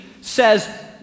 says